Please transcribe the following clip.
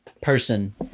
person